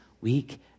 week